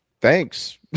thanks